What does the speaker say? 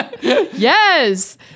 Yes